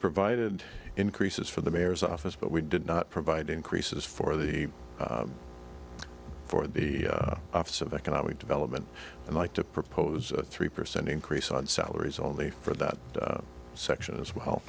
provided increases for the mayor's office but we did not provide increases for the for the office of economic development and like to propose a three percent increase on salaries only for that section as well